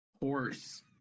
Horse